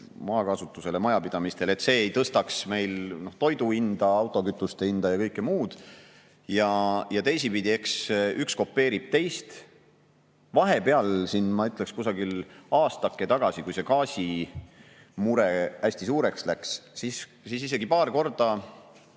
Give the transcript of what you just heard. maakasutusele ja majapidamistele, ei tõstaks meil toidu hinda, autokütuste hinda ja kõike muud. Ja teistpidi, eks üks kopeerib teist. Vahepeal, ma ütleksin, aastake tagasi, kui see gaasimure hästi suureks läks, isegi paar korda